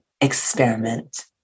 experiment